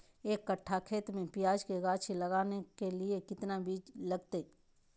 एक कट्ठा खेत में प्याज के गाछी लगाना के लिए कितना बिज लगतय?